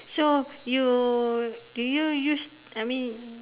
so you do you use I mean